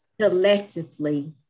collectively